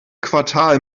quartal